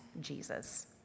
Jesus